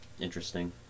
Interesting